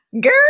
Girl